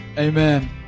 Amen